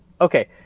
Okay